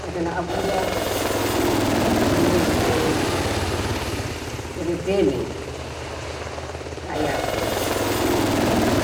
Na tano abuja na tao naye tare tere bemei, naya abuja yi lomo no,